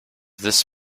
this